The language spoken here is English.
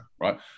right